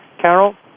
Carol